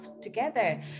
together